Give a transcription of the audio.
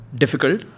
difficult